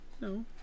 No